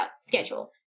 schedule